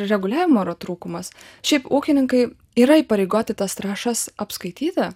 reguliavimo yra trūkumas šiaip ūkininkai yra įpareigoti tas trąšas apskaityti